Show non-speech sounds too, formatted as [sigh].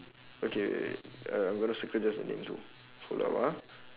okay wait wait wait uh I'm going to circle just the name too hold on ah [noise]